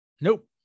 nope